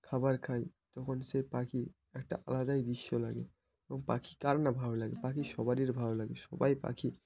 খাবার খায় তখন সে পাখি একটা আলাদাই দৃশ্য লাগে এবং পাখি কার না ভালো লাগে পাখি সবারই ভালো লাগে সবাই পাখি